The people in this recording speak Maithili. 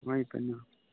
हॅं